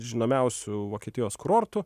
žinomiausių vokietijos kurortų